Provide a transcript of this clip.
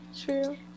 true